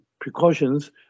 precautions